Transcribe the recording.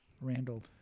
randall